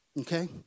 Okay